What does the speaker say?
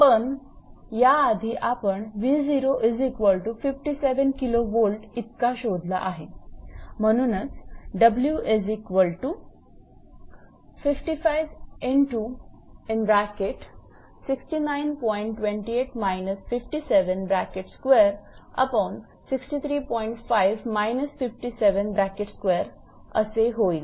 पण याआधी आपण 𝑉057 𝑘𝑉 इतका शोधला आहे म्हणूनच असे होईल